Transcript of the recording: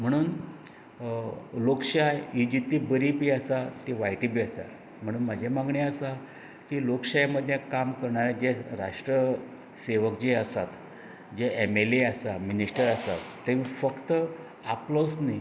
म्हणून लोकशाय ही जितकी बरी आसा ती वायटय बी आसा म्हणून म्हजे मागणें आसा की लोकशाय मध्ये काम करणारें जें राष्ट्रसेवक जें आसा एमएलए आसा मिनिस्टर जे आसात तांकां फक्त आपलोच न्ही